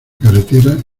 carretera